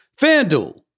FanDuel